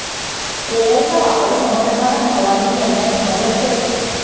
स्प्रेयरचा वापर समप्रमाणात फवारणी करण्यास मदत करतो